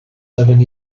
seven